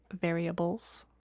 variables